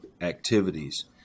activities